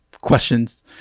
questions